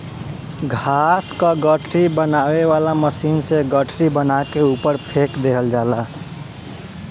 घास क गठरी बनावे वाला मशीन से गठरी बना के ऊपर फेंक देहल जाला